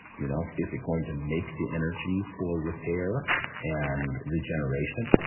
you know is it going to make the energy for repair and regeneration?